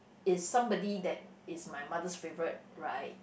is somebody that is my mother's favourite right